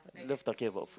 love talking about food